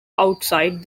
outside